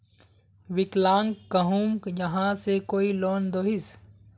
विकलांग कहुम यहाँ से कोई लोन दोहिस?